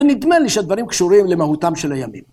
נדמה לי שהדברים קשורים למהותם של הימים.